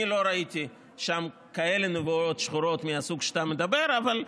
אני לא ראיתי שם כאלה נבואות שחורות מהסוג שאתה מדבר עליו,